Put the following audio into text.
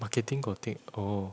marketing got take oh